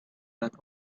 that